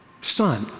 Son